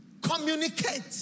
Communicate